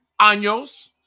años